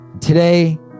Today